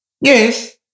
Yes